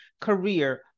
career